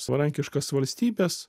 savarankiškas valstybes